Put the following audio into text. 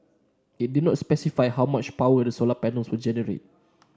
it did not specify how much power the solar panels will generate